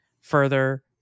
further